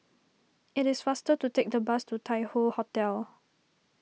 it is faster to take the bus to Tai Hoe Hotel